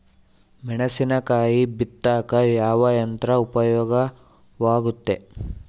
ಮೆಣಸಿನಕಾಯಿ ಬಿತ್ತಾಕ ಯಾವ ಯಂತ್ರ ಉಪಯೋಗವಾಗುತ್ತೆ?